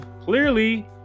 Clearly